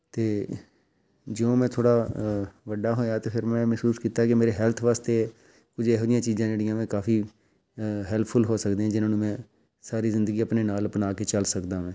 ਅਤੇ ਜਿਉਂ ਮੈਂ ਥੋੜ੍ਹਾ ਅ ਵੱਡਾ ਹੋਇਆ ਅਤੇ ਫਿਰ ਮੈਂ ਮਹਿਸੂਸ ਕੀਤਾ ਕਿ ਮੇਰੇ ਹੈਲਥ ਵਾਸਤੇ ਕੁਝ ਇਹੋ ਜਿਹੀਆਂ ਚੀਜ਼ਾਂ ਜਿਹੜੀਆਂ ਮੈਂ ਕਾਫੀ ਅ ਹੈਲਪਫੁਲ ਹੋ ਸਕਦੀਆਂ ਜਿਨ੍ਹਾਂ ਨੂੰ ਮੈਂ ਸਾਰੀ ਜ਼ਿੰਦਗੀ ਆਪਣੇ ਨਾਲ ਅਪਣਾ ਕੇ ਚੱਲ ਸਕਦਾ ਵੈ